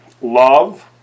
Love